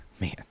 man